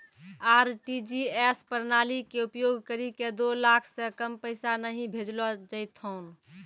RTGS प्रणाली के उपयोग करि के दो लाख से कम पैसा नहि भेजलो जेथौन